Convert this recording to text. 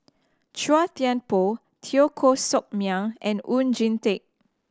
Chua Thian Poh Teo Koh Sock Miang and Oon Jin Teik